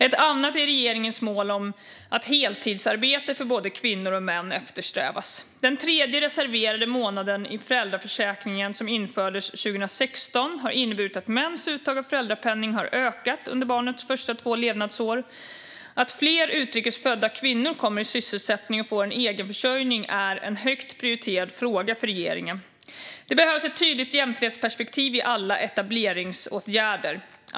Ett annat är regeringens mål om att heltidsarbete för både kvinnor och män eftersträvas. Den tredje reserverade månaden i föräldraförsäkringen, som infördes 2016, har inneburit att mäns uttag av föräldrapenning har ökat under barnets första två levnadsår. Att fler utrikes födda kvinnor kommer i sysselsättning och får en egenförsörjning är en högt prioriterad fråga för regeringen. Det behövs ett tydligt jämställdhetsperspektiv i alla etableringsåtgärder.